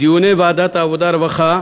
בדיוני ועדת העבודה, הרווחה